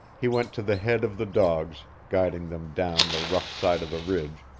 he went to the head of the dogs, guiding them down the rough side of the ridge,